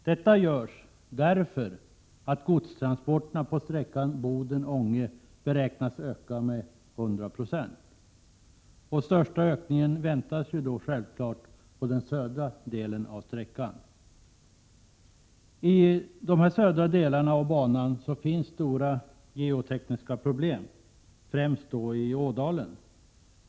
Detta görs därför att godstransporterna på sträckan Boden-Ånge beräknas öka med 100 26. Den största ökningen väntas på den södra delen av sträckan. På de södra delarna av 9 banan finns stora geotekniska problem, främst på sträckan genom Ådalen.